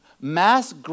mass